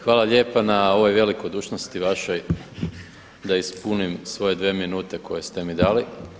Hvala lijepa na ovoj velikodušnosti vašoj da ispunim svoje dvije minute koje ste mi dali.